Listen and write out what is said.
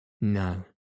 No